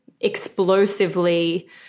explosively